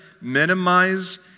minimize